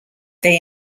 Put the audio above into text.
they